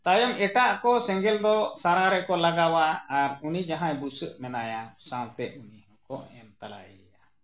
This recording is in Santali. ᱛᱟᱭᱚᱢ ᱮᱴᱟᱜ ᱠᱚ ᱥᱮᱸᱜᱮᱞ ᱫᱚ ᱥᱟᱨᱟ ᱨᱮᱠᱚ ᱞᱟᱜᱟᱣᱟ ᱟᱨ ᱩᱱᱤ ᱡᱟᱦᱟᱸᱭ ᱵᱩᱥᱟᱹᱜ ᱢᱮᱱᱟᱭᱟ ᱥᱟᱶᱛᱮ ᱩᱱᱤ ᱦᱚᱸᱠᱚ ᱮᱢ ᱛᱟᱨᱟᱭᱮᱭᱟ